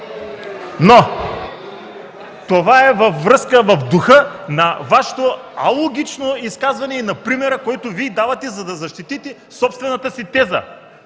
Това е във връзка и в духа на Вашето алогично изказване и на примера, който давате, за да защитите собствената си теза.